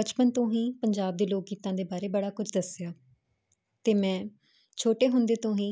ਬਚਪਨ ਤੋਂ ਹੀ ਪੰਜਾਬ ਦੇ ਲੋਕ ਗੀਤਾਂ ਦੇ ਬਾਰੇ ਬੜਾ ਕੁਝ ਦੱਸਿਆ ਤੇ ਮੈਂ ਛੋਟੇ ਹੁੰਦੇ ਤੋਂ ਹੀ